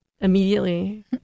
immediately